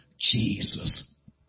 Jesus